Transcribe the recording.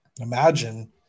imagine